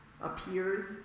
appears